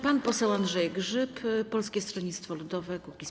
Pan poseł Andrzej Grzyb, Polskie Stronnictwo Ludowe - Kukiz15.